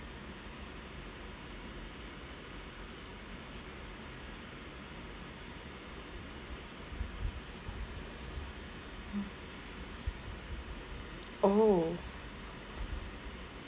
oh